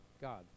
God